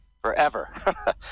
forever